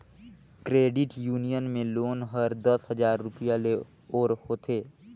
credit union में loan हर दस हजार रूपिया ले ओर होथे